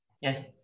Yes